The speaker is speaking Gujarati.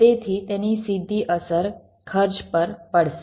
તેથી તેની સીધી અસર ખર્ચ પર પડશે